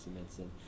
medicine